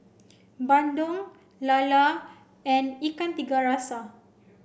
Bandung Lala and Ikan Tiga Rasa